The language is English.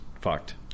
fucked